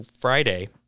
Friday